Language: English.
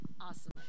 Awesome